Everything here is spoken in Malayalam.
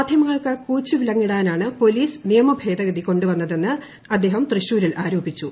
മാധ്യമങ്ങൾക്ക് കൂച്ചുവിലങ്ങിടാനാണ് പൊലീസ് നിയമ ഭേദഗതി കൊണ്ടു വന്നതെന്ന് അദ്ദേഹം തൃശൂരിൽ ് ആരോപിച്ചു